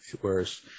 whereas